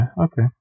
Okay